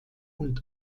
und